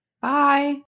bye